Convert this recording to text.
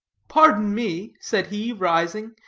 pardon me, said he, rising,